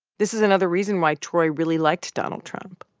this is another reason why troy really liked donald trump.